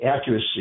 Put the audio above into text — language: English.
accuracy